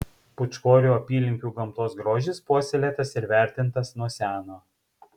pūčkorių apylinkių gamtos grožis puoselėtas ir vertintas nuo seno